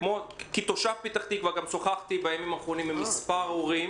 כתושב פתח תקווה גם שוחחתי בימים האחרונים עם מספר הורים